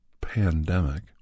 pandemic